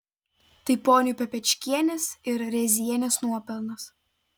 tai ponių papečkienės ir rėzienės nuopelnas